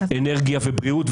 אנרגיה ובריאות,